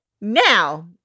now